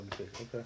Okay